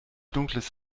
dunkles